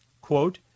quote